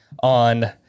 On